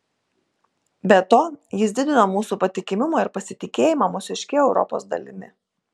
be to jis didino mūsų patikimumą ir pasitikėjimą mūsiške europos dalimi